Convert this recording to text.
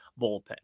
bullpen